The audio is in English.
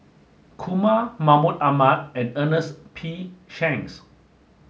Kumar Mahmud Ahmad and Ernest P Shanks